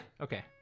Okay